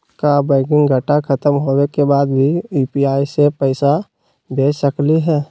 का बैंकिंग घंटा खत्म होवे के बाद भी यू.पी.आई से पैसा भेज सकली हे?